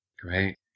Great